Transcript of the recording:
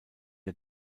der